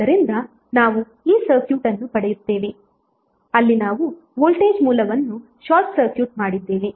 ಆದ್ದರಿಂದ ನಾವು ಈ ಸರ್ಕ್ಯೂಟ್ ಅನ್ನು ಪಡೆಯುತ್ತೇವೆ ಅಲ್ಲಿ ನಾವು ವೋಲ್ಟೇಜ್ ಮೂಲವನ್ನು ಶಾರ್ಟ್ ಸರ್ಕ್ಯೂಟ್ ಮಾಡಿದ್ದೇವೆ